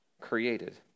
created